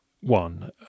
one